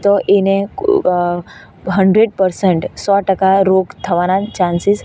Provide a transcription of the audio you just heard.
તો એને hundred percent સો ટકા રોગ થવાના ચાન્સીસ